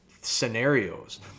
scenarios